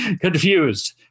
confused